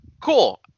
Cool